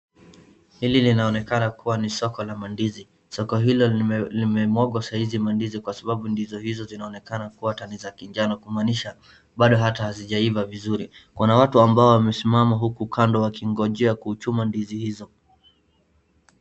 Hili linaonekana kuwa ni soko la mandizi, soko hilo limemwaga sahizi mandizi kwa sababu ndizi hizo zinaonekana kuwa tayari ni za kinjano kumaanisha bado hata hazijaiva vizuri, kuna watu ambao wamesimama huku kando wakingojea kuuchuma ndizi hizo.